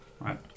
Right